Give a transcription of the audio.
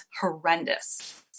horrendous